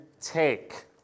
take